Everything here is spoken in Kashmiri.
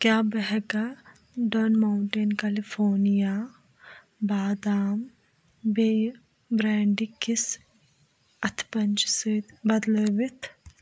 کیٛاہ بہٕ ہؠکھا ڈان مونٹین کیلِفورنِیا بادام بیٚیہِ برینٛڈٕ کِس اَتھٕ پنٛجہٕ سۭتۍ بدلٲوِتھ